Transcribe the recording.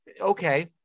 Okay